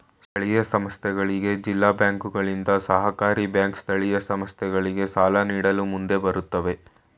ಸ್ಥಳೀಯ ಸಂಸ್ಥೆಗಳಿಗೆ ಜಿಲ್ಲಾ ಬ್ಯಾಂಕುಗಳಿಂದ, ಸಹಕಾರಿ ಬ್ಯಾಂಕ್ ಸ್ಥಳೀಯ ಸಂಸ್ಥೆಗಳಿಗೆ ಸಾಲ ನೀಡಲು ಮುಂದೆ ಬರುತ್ತವೆ